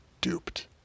duped